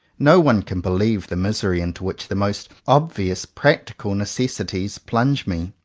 no one can believe the misery into which the most obvious practical necessities plunge me.